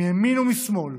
מימין ומשמאל,